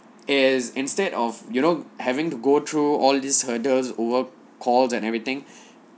is instead of you know having to go through all these hurdles over calls and everything